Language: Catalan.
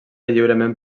lliurement